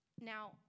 now